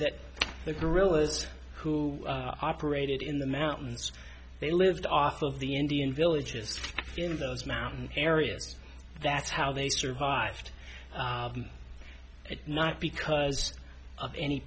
that the guerrillas who operated in the mountains they lived off of the indian villages in those mountain areas that's how they survived it not because of any